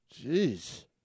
Jeez